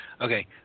Okay